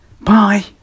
Bye